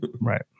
Right